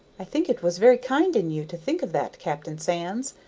i think it was very kind in you to think of that, captain sands,